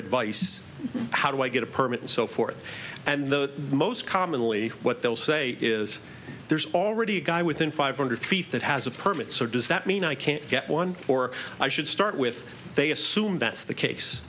advice how do i get a permit and so forth and the most commonly what they'll say is there's already a guy within five hundred feet that has a permit so does that mean i can't get one or i should start with they assume that's the case